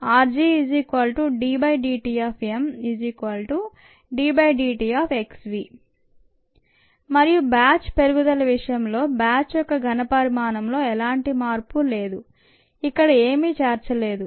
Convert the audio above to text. rgddtdxVdt మరియు batch పెరుగుదల విషయంలో బ్యాచ్ యొక్క ఘనపరిమాణంలో ఎలాంటి మార్పు లేదు ఇక్కడ ఏమి చేర్చలేదు